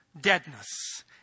deadness